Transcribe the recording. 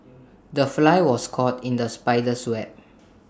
the fly was caught in the spider's web